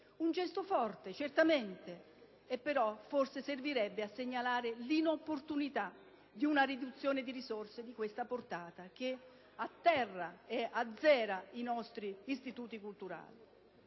un gesto forte ma che forse servirebbe a segnalare l'inopportunità di una riduzione di risorse di questa portata, che atterra e azzera i nostri istituti culturali.